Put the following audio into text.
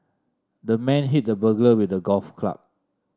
the man hit the burglar with a golf club